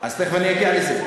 אז תכף אני אגיע לזה.